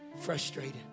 frustrated